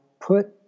put